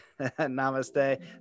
Namaste